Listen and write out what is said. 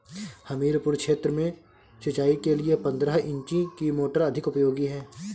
हमीरपुर क्षेत्र में सिंचाई के लिए पंद्रह इंची की मोटर अधिक उपयोगी है?